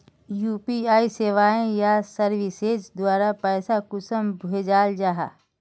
UPI सेवाएँ या services द्वारा पैसा कुंसम भेजाल जाहा?